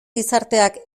gizarteak